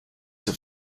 have